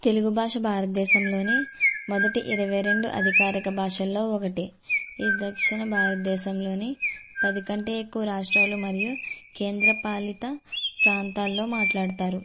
తెలుగు భాష భారతదేశంలోనే మొదటి ఇరవై రెండు అధికారిక భాషల్లో ఒకటి ఈ దక్షిణ భారతదేశంలోని పది కంటే ఎక్కువ రాష్ట్రాలు మరియు కేంద్ర పాలిత ప్రాంతాల్లో మాట్లాడుతారు